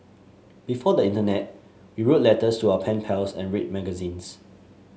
before the internet we wrote letters to our pen pals and read magazines